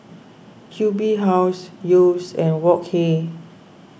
Q B House Yeo's and Wok Hey